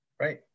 right